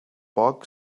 poc